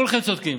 כולכם צודקים.